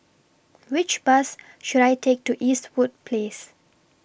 Which Bus should I Take to Eastwood Place